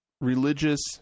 religious